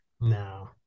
No